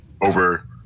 over